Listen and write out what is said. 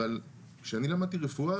אבל שאני למדתי רפואה,